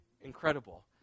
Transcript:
incredible